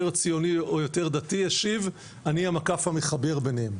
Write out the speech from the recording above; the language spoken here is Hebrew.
ציוני או יותר דתי השיב "אני המקף המחבר ביניהם",